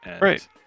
right